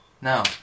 Now